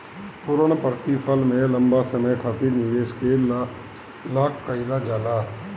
पूर्णप्रतिफल में लंबा समय खातिर निवेश के लाक कईल जाला